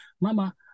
mama